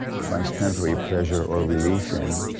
find temporary pleasure, or relief in,